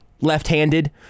left-handed